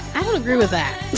i don't agree with that